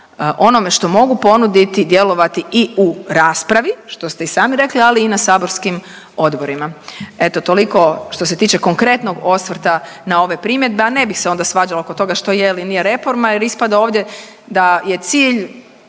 onome što mogu ponuditi, djelovati i u raspravi, što ste i sami rekli, ali i na saborskim odborima. Eto toliko što se tiče konkretnog osvrta na ove primjedbe, a ne bih se onda svađala oko toga što je ili nije reforma jer ispada ovdje da je cilj